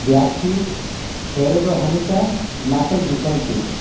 black tea Ferrero Hanuta maple bacon cake